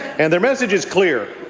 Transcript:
and their message is clear.